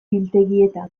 biltegietan